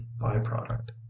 by-product